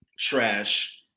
Trash